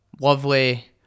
Lovely